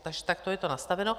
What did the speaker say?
Takže takto je to nastaveno.